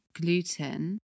Gluten